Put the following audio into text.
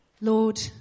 Lord